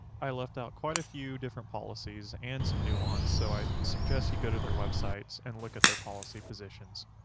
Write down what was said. i left out quite a few different policies, and some nuance, so i suggest you go to their websites and look at their policy positions.